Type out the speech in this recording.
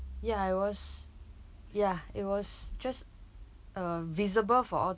ya it was ya it was just uh visible for all